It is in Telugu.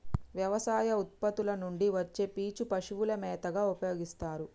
వ్యవసాయ ఉత్పత్తుల నుండి వచ్చే పీచు పశువుల మేతగా ఉపయోస్తారు